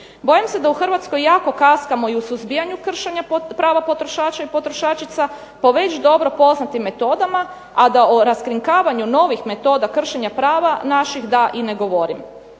Bojim se da u Hrvatskoj jako kaskamo i u suzbijanju kršenja prava potrošača i potrošačica po već dobro poznatim metodama, a da o raskrinkavanju novih metoda kršenja prava naših da i ne govorim.